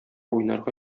уйнарга